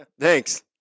Thanks